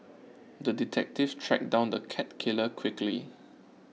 the detective tracked down the cat killer quickly